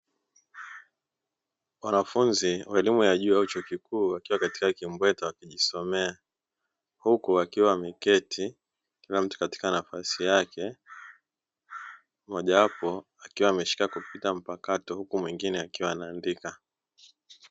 Wanafunzi wa elimu ya juu ya chuo kikuu, wakiwa katika kimbweta wakijisomea. Huku wakiwa wameketi kila mtu katika nafasi yake, mmojawapo akiwa ameshika kompyuta mpakato, huku mwingine akiwa anaandika.